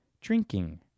drinking